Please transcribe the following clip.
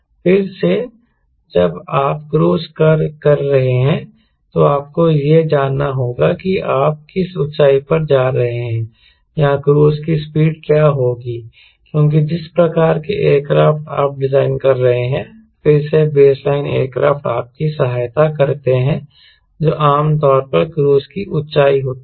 फिर से जब आप क्रूज कर रहे हों तो आपको यह जानना होगा कि आप किस ऊंचाई पर जा रहे हैं या क्रूज की स्पीड क्या होगी क्योंकि जिस प्रकार के एयरक्राफ्ट आप डिजाइन कर रहे हैं फिर से बेसलाइन एयरक्राफ्ट आपकी सहायता करते हैं जो आम तौर पर क्रूज की ऊँचाई होती है